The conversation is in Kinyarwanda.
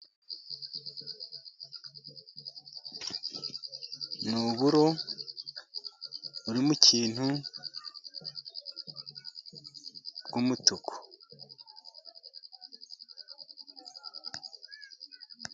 Ni uburo buri mu kintu bw'umutuku.